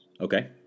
Okay